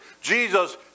Jesus